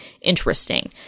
interesting